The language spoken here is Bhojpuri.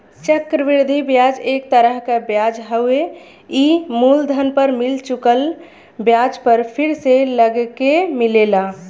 चक्र वृद्धि ब्याज एक तरह क ब्याज हउवे ई मूलधन पर मिल चुकल ब्याज पर फिर से लगके मिलेला